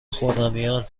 خرمیان